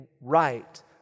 right